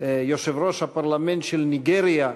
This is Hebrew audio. יושב-ראש הפרלמנט של ניגריה,